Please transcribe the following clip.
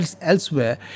elsewhere